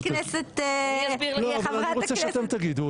חברת הכנסת --- לא, אבל אני רוצה שאתם תגידו.